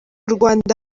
rwanda